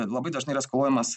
labai dažnai yra skaluojamas